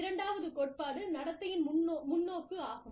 இரண்டாவது கோட்பாடு நடத்தையின் முன்னோக்கு ஆகும்